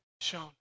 shown